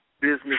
business